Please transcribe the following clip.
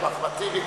גם אחמד טיבי,